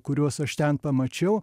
kuriuos aš ten pamačiau